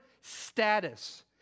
status